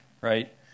right